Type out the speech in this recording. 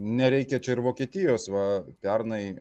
nereikia čia ir vokietijos va pernai